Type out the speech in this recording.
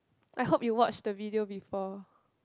I hope you watch the video before